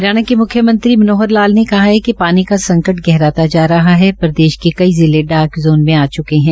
हरियाणा के मुख्यमंत्री मनोहर लाल ने कहा कि पानी का संकट गहराता जा रहा है प्रदेश के कई जिले डार्कज़ोन मे आ च्के है